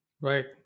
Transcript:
Right